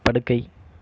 படுக்கை